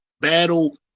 battle